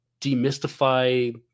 demystify